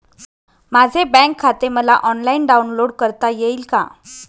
माझे बँक खाते मला ऑनलाईन डाउनलोड करता येईल का?